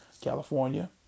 California